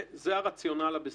זה הרציונל הבסיסי.